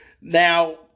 Now